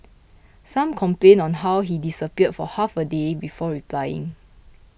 some complained on how he disappeared for half a day before replying